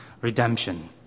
redemption